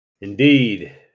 indeed